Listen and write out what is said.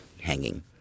hanging